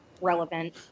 relevant